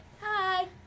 Hi